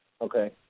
okay